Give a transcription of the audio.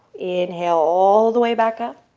inhale all the way back up.